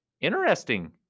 Interesting